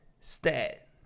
stat